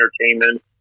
entertainment